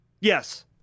yes